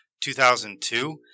2002